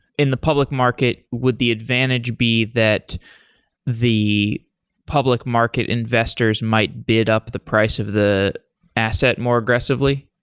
in the public market, would the advantage be that the public market investors might bid up the price of the asset more aggressively?